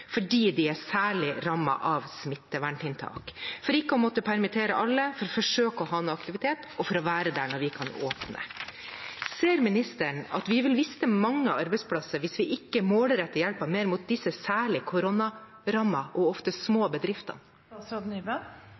fordi de er særlig rammet av smitteverntiltak – for ikke å måtte permittere alle, for å forsøke å ha en aktivitet og for å være der når vi kan åpne. Ser ministeren at vi vil miste mange arbeidsplasser hvis vi ikke målretter hjelpen mer mot disse særlig koronarammede og ofte små